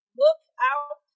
lookout